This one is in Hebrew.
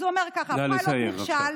אז הוא אומר כך: "הפיילוט נכשל.